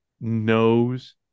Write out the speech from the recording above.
knows